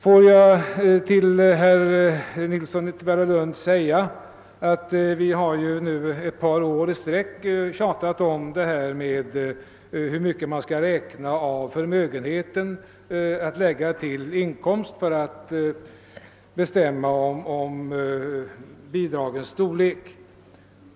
Får jag sedan säga till herr Nilsson i Tvärålund att vi nu ett par år i följd har tjatat om hur mycket av förmögenheten som skall läggas till inkomsten för att bestämma bidragens storlek.